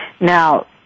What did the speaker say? Now